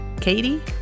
Katie